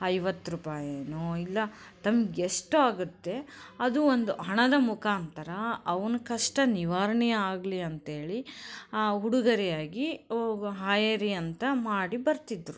ಐವತ್ತು ರೂಪಾಯೇನೊ ಇಲ್ಲ ತಮ್ಗೆ ಎಷ್ಟು ಆಗುತ್ತೆ ಅದು ಒಂದು ಹಣದ ಮುಖಾಂತರ ಅವ್ನ ಕಷ್ಟ ನಿವಾರಣೆ ಆಗಲಿ ಅಂತೇಳಿ ಆ ಉಡುಗೊರೆ ಆಗಿ ಹಾಯೆರಿ ಅಂತ ಮಾಡಿ ಬರ್ತಿದ್ದರು